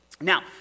Now